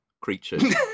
creatures